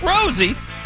Rosie